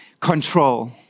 Control